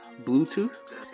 Bluetooth